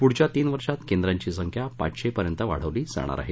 पुढच्या तीन वर्षांत केंद्रांची संख्या पाचशेपर्यंत वाढवली जाणार आहे